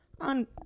on